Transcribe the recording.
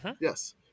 Yes